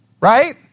right